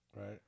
Right